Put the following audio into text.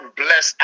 bless